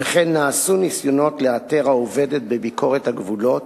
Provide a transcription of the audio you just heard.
וכן נעשו ניסיונות לאתר את העובדת בביקורת הגבולות,